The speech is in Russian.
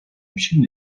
общин